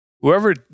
whoever